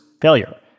failure